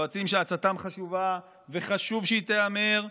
יועצים שעצתם חשובה וחשוב שהיא תיאמר,